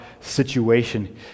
situation